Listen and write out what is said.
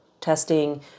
testing